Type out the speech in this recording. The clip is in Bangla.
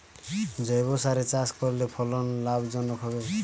জৈবসারে চাষ করলে ফলন লাভজনক হবে?